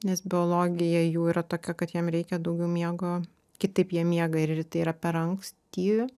nes biologija jų yra tokia kad jiem reikia daugiau miego kitaip jie miega ir rytai yra per ankstyvi